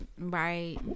Right